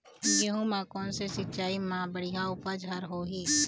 गेहूं म कोन से सिचाई म बड़िया उपज हर होही?